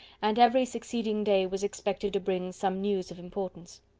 and every succeeding day was expected to bring some news of importance.